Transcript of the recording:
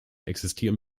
existieren